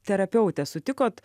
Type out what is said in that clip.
terapeutė sutikot